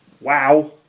Wow